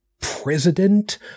president